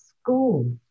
school